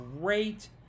great